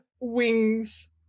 Wings